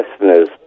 listeners